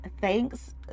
Thanks